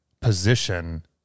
position